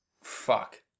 Fuck